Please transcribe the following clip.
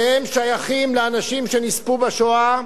שהם שייכים לאנשים שנספו בשואה.